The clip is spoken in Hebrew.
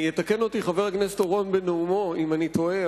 יתקן אותי חבר הכנסת אורון בנאומו אם אני טועה,